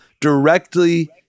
directly